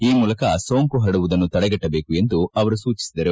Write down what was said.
ಈ ಮೂಲಕ ಸೋಂಕು ಹರಡುವುದನ್ನು ತಡೆಗಟ್ಟಬೇಕು ಎಂದು ಸೂಚಿಸಿದರು